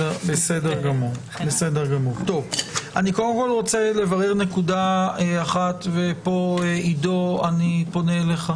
אני קודם כל רוצה לברר נקודה אחת וכאן אני פונה אל עידו.